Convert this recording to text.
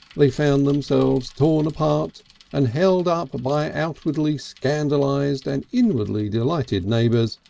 they found themselves torn apart and held up by outwardly scandalised and inwardly delighted neighbours,